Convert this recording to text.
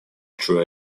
through